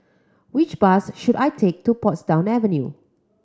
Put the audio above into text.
which bus should I take to Portsdown Avenue